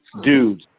dude